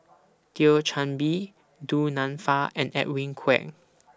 Thio Chan Bee Du Nanfa and Edwin Koek